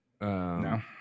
No